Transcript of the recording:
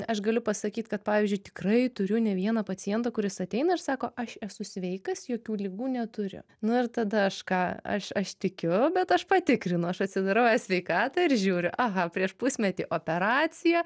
aš galiu pasakyt kad pavyzdžiui tikrai turiu ne vieną pacientą kuris ateina ir sako aš esu sveikas jokių ligų neturiu nu ir tada aš ką aš aš tikiu bet aš patikrinu aš atsidarau e sveikatą ir žiūri aha prieš pusmetį operaciją